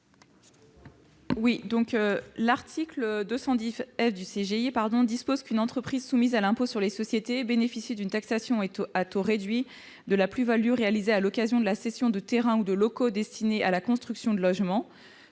général des impôts dispose qu'une entreprise soumise à l'impôt sur les sociétés bénéficie d'une taxation à taux réduit de la plus-value réalisée à l'occasion de la cession de terrains ou de locaux destinés à la construction de logements.